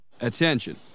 attention